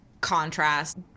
contrast